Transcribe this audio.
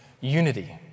unity